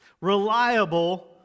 reliable